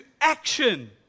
action